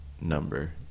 number